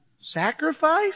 sacrifice